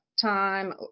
time